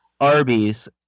Arby's